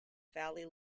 valley